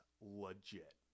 legit